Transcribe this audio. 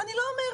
אני לא אומרת,